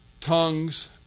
tongues